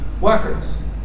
workers